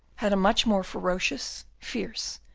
had a much more ferocious, fierce,